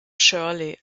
shirley